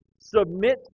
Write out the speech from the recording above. Submit